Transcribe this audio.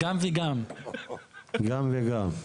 גם וגם.